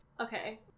okay